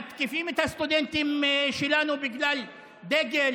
מתקיפים את הסטודנטים שלנו בגלל דגל,